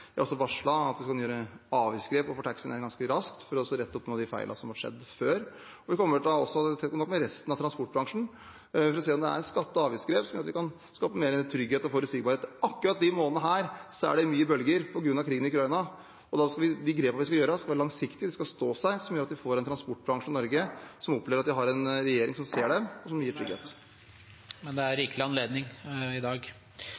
har overfor taxinæringen varslet at vi skal gjøre avgiftsgrep ganske raskt, for å rette opp noen av de feilene som har skjedd før. Vi kommer til å ha tett dialog med resten av transportbransjen for å se om det er skatte- og avgiftsgrep som gjør at vi kan skape mer trygghet og forutsigbarhet. Akkurat disse månedene er det mye bølger på grunn av krigen i Ukraina. De grepene vi skal gjøre, skal være langsiktige, de skal stå seg og gjøre at vi får en transportbransje i Norge som opplever at de har en regjering som ser dem. Dette spørsmålet er trukket. Mitt spørsmål er kort og enkelt: «Kan statsråden redegjøre for kostnadsbildet for norske bedrifter hittil i